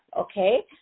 okay